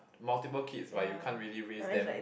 multiple kids but you can't really raise them